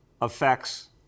affects